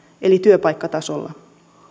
eli työpaikkatasolla